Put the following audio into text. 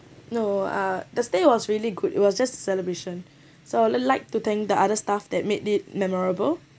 no uh the stay was really good it was just celebration so I'd like to thank the other stuff that made that memorable